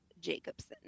Jacobson